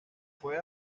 fue